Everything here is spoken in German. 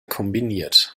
kombiniert